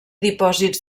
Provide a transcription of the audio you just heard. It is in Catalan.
dipòsits